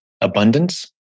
abundance